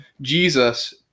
Jesus